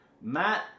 Matt